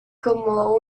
como